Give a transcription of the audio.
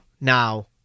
Now